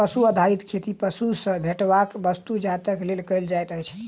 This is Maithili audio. पशु आधारित खेती पशु सॅ भेटैयबला वस्तु जातक लेल कयल जाइत अछि